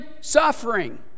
suffering